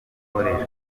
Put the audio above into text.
gukoreshwa